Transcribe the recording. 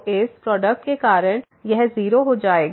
तो इस प्रोडक्ट के कारण यह 0 हो जाएगा